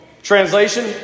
Translation